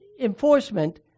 enforcement